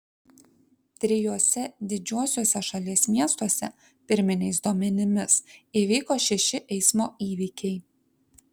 trijuose didžiuosiuose šalies miestuose pirminiais duomenimis įvyko šeši eismo įvykiai